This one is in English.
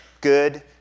good